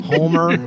Homer